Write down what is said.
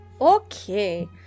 Okay